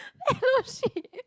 shit